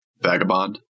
vagabond